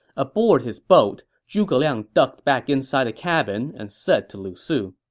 aboard his boat, zhuge liang ducked back inside the cabin and said to lu su,